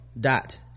dot